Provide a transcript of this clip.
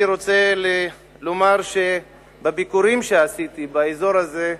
אני רוצה לומר אחרי הביקורים שעשיתי באזור הזה,